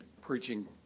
preaching